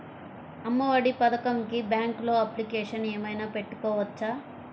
అమ్మ ఒడి పథకంకి బ్యాంకులో అప్లికేషన్ ఏమైనా పెట్టుకోవచ్చా?